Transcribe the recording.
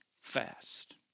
fast